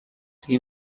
the